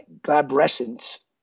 glabrescence